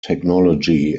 technology